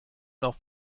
auf